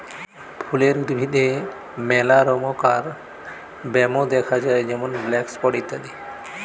ফুলের উদ্ভিদে মেলা রমকার ব্যামো দ্যাখা যায় যেমন ব্ল্যাক স্পট ইত্যাদি